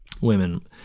women